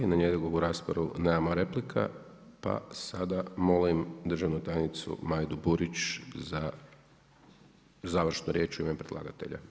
Na njegovu raspravu nemamo replika, pa sada molim državnu tajnicu Majdu Burić za završnu riječ u ime predlagatelja.